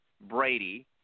Brady